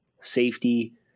safety